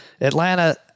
Atlanta